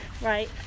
Right